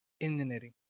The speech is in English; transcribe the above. Engineering